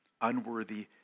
unworthy